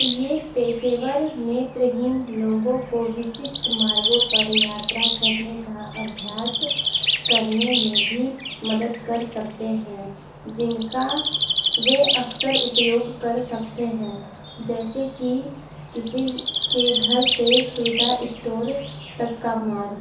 यह पेशेवर नेत्रहीन लोगों को विशिष्ट मार्गों पर यात्रा करने का अभ्यास करने में भी मदद कर सकते हैं जिनका वे अक्सर उपयोग कर सकते हैं जैसे कि किसी के घर से सुविधा इस्टोर तक का मार्ग